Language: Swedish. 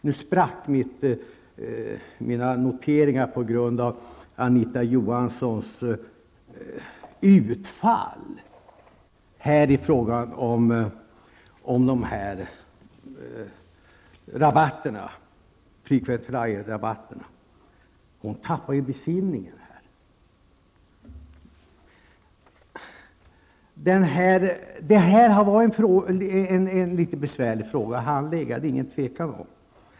Nu sprack mina noteringar på grund av Anita Johanssons utfall i frågan om frequent flyerrabatterna. Hon tappade besinningen. Den här frågan har varit litet besvärlig att handlägga.